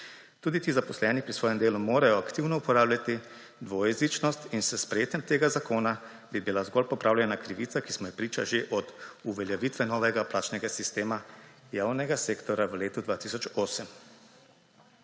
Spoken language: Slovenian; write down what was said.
Tudi ti zaposleni pri svojem delu morajo aktivno uporabljati dvojezičnost in s sprejetjem tega zakona bi bila zgolj popravljena krivica, ki smo ji priča že od uveljavitve novega plačnega sistema javnega sektorja v letu 2008.